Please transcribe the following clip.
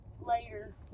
Later